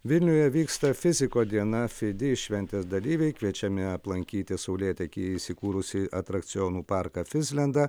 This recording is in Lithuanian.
vilniuje vyksta fiziko diena fidi šventės dalyviai kviečiami aplankyti saulėtekyje įsikūrusį atrakcionų parką fizlendą